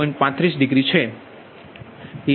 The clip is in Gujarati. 35 ડિગ્રી છે